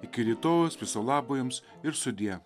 iki rytojaus viso labo jums ir sudie